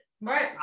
Right